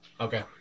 Okay